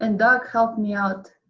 and doug helped me out